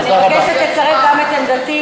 אז אני מבקשת לצרף גם את עמדתי,